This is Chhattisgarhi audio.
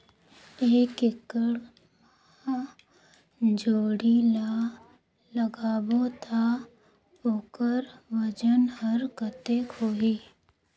एक एकड़ मा जोणी ला लगाबो ता ओकर वजन हर कते होही?